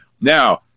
Now